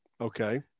Okay